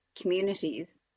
communities